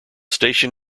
station